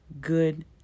Good